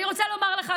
אני רוצה לומר לך,